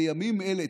בימים אלה,